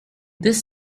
this